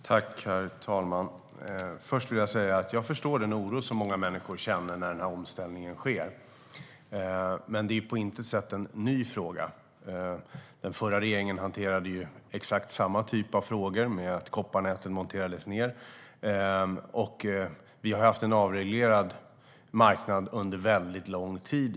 Herr talman! Först vill jag säga att jag förstår den oro som många människor känner när omställningen sker. Men detta är på intet sätt någon ny fråga. Den förra regeringen hanterade exakt samma typ av frågor - kopparnäten monterades ned. Vi har haft en avreglerad marknad i Sverige under väldigt lång tid.